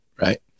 right